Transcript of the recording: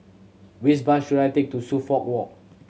which bus should I take to Suffolk Walk